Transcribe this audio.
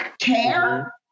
care